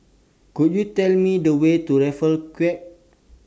Could YOU Tell Me The Way to Raffles Quay